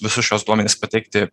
visus šiuos duomenis pateikti